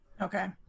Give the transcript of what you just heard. Okay